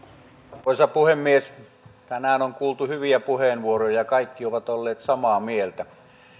arvoisa puhemies tänään on kuultu hyviä puheenvuoroja ja kaikki ovat olleet samaa mieltä